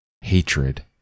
hatred